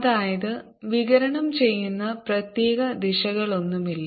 അതായത് വികിരണം ചെയ്യുന്ന പ്രത്യേക ദിശകളൊന്നുമില്ല